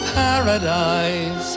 paradise